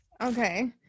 Okay